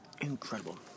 incredible